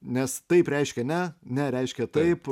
nes taip reiškia ne ne reiškia taip